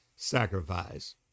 Sacrifice